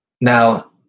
Now